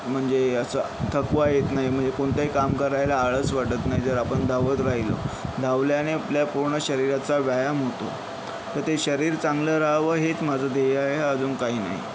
म्हणजे असा थकवा येत नाही म्हणजे कोणतेही काम करायला आळस वाटत नाही जर आपण धावत राहीलं धावल्याने आपल्या पूर्ण शरीराचा व्यायाम होतो तर ते शरीर चांगलं रहावं हेच माझं ध्येय आहे अजून काही नाही